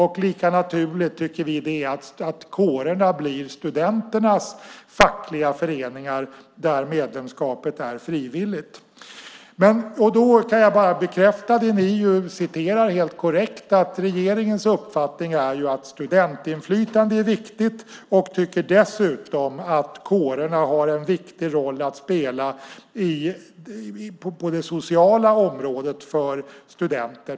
Vi tycker att det är lika naturligt att kårerna blir studenternas fackliga föreningar där medlemskapet är frivilligt. Jag kan bara bekräfta det ni helt korrekt citerar. Regeringens uppfattning är att studentinflytande är viktigt. Regeringen tycker dessutom att kårerna har en viktig roll för studenter på det sociala området.